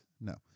No